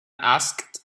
asked